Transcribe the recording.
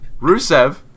Rusev